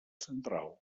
central